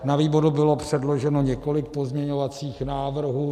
Na výboru bylo předloženo několik pozměňovacích návrhů.